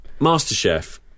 MasterChef